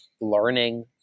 learning